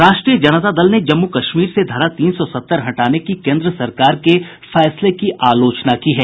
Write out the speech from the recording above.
राष्ट्रीय जनता दल ने जम्मू कश्मीर से धारा तीन सौ सत्तर हटाने की केन्द्र सरकार के फैसले की आलोचना की है